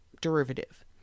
derivative